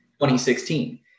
2016